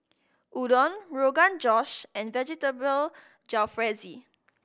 Udon Rogan Josh and Vegetable Jalfrezi